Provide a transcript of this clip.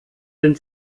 den